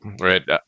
right